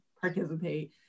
participate